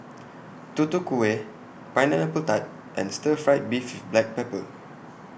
Tutu Kueh Pineapple Tart and Stir Fried Beef with Black Pepper